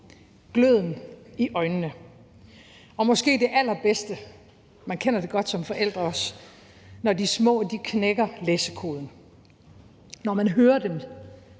gløden i øjnene. Og så er der måske det allerbedste – man kender det også godt som forælder – og det er, når de små knækker læsekoden. Man hører dem